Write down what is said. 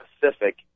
pacific